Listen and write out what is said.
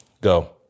go